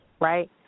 right